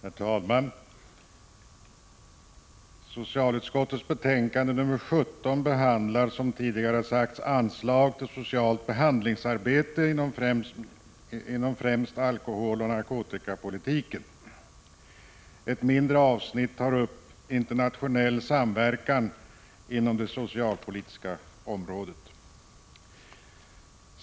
Herr talman! Socialutskottets betänkande 17 behandlar, som tidigare har sagts, anslag till socialt behandlingsarbete inom främst alkoholoch narkotikapolitiken. Ett mindre avsnitt tar upp internationell samverkan inom det socialpolitiska området.